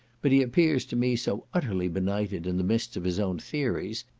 but he appears to me so utterly benighted in the mists of his own theories,